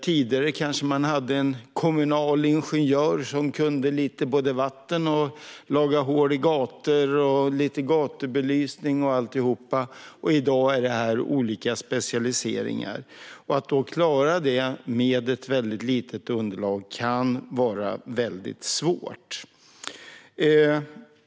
Tidigare kanske man hade en kommunal ingenjör som kunde lite om vatten, om gatubelysning och om hur man lagar hål i gator. I dag är detta olika specialiseringar. Att klara detta med ett mycket litet underlag kan vara mycket svårt.